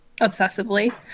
obsessively